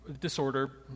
disorder